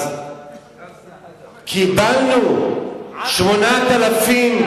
קיבלנו 8,000,